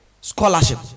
Scholarship